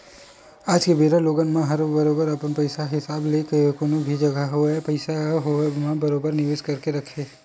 आज के बेरा लोगन मन ह बरोबर अपन पइसा के हिसाब ले ही कोनो भी जघा होवय पइसा के होवब म बरोबर निवेस करके रखथे